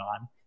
on